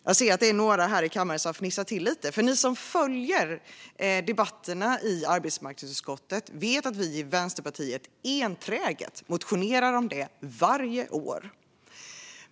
Jag ser att det är några här i kammaren som fnissar till lite, för ni som följer debatterna i arbetsmarknadsutskottet vet att vi i Vänsterpartiet enträget motionerar om detta varje år.